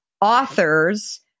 authors